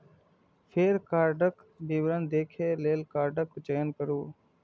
फेर कार्डक विवरण देखै लेल कार्डक चयन करू